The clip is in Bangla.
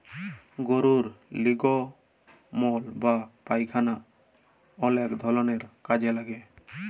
গরুর লির্গমল বা পায়খালা অলেক ধরলের কাজে লাগে